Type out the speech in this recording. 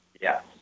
Yes